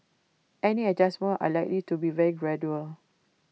any adjustments are likely to be very gradual